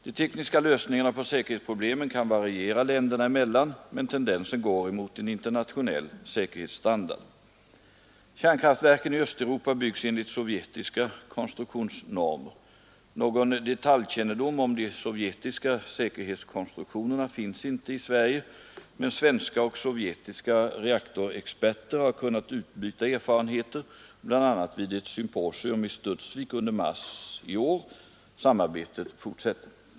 De tekniska lösningarna på säkerhetsproblemen kan variera länderna emellan, men tendensen går mot en internationell säkerhetsstandard. Kärnkraftverken i Östeuropa byggs enligt sovjetiska konstruktionsnormer. Någon detaljkännedom om de sovjetiska säkerhetskonstruktionerna finns inte i Sverige, men svenska och sovjetiska reaktorexperter har kunnat utbyta erfarenheter bl.a. vid ett symposium i Studsvik under mars 1973. Samarbetet fortsätter.